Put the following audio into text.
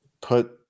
put